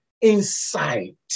insight